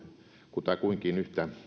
kutakuinkin yhtä